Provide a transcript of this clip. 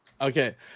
Okay